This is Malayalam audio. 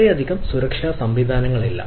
വളരെയധികം സുരക്ഷാ സംവിധാനങ്ങളില്ല